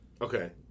Okay